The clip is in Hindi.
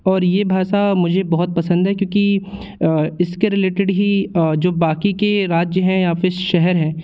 और ये भाषा मुझे बहुत पसंद है क्योंकि इसके रिलेटेड ही जो बाक़ी के राज्य हैं या फिर शहर हैं